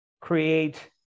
create